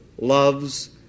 loves